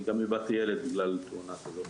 אני גם איבדתי ילד בגלל תאונה כזאת,